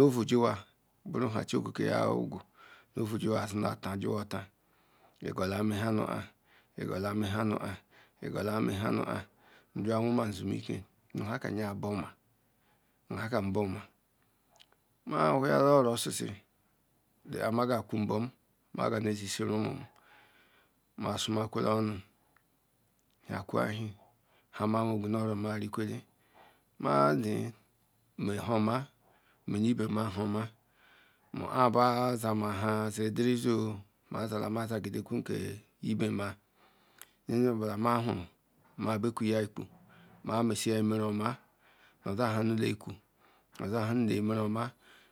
ovujiwa baru nha chi 0oke obe ya worgur nu ouu jihea nyizinata u˥hea ota ego oha nmeh ha nuah ega oha men ha nuah ega ola meha nueh nburi jiwa nwema nzu meke nu nakam ya bu oma nu hakem ya bu oma Jehea whuya la oro osisi ma sumakola onu sorma ruhu nha mewegwu nu oro me ngwele ma zea mehoma meniebem nha omo ma ah ma zaga adeny ezi mazala maza ma ke ibe ma bekuya iku ma me zra emere oma ozan ha nule ikwa nha nale nmere omo